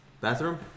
Bathroom